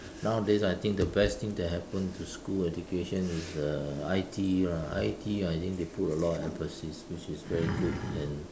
nowadays I think the best things that happen to school education is the I_T you know I_T ah I think they put a lot of emphasis which is very good and